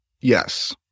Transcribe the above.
yes